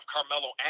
Carmelo